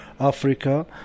Africa